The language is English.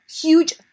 huge